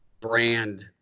brand